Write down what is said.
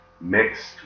mixed